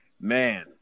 man